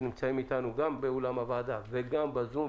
גם אלה שנמצאים באולם הוועדה וגם אלה שיצטרפו בזום,